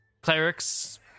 Clerics